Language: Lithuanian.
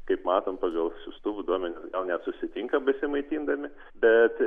kaip matom pagal siųstuvų duomenis gal net susitinka besimaitindami bet